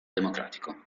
democratico